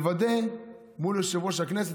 לוודא מול יושב-ראש הכנסת,